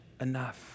enough